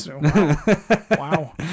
Wow